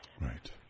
Right